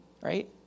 right